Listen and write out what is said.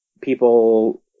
people